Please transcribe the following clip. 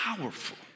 powerful